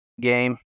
game